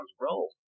roll